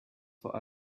for